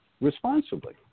responsibly